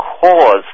cause